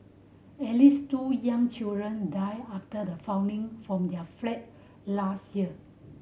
at least two young children died after the falling from their flat last year